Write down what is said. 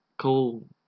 cool